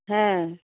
হ্যাঁ